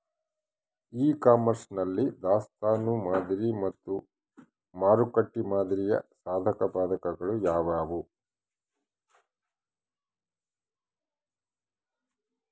E commerce ನಲ್ಲಿ ದಾಸ್ತನು ಮಾದರಿ ಮತ್ತು ಮಾರುಕಟ್ಟೆ ಮಾದರಿಯ ಸಾಧಕಬಾಧಕಗಳು ಯಾವುವು?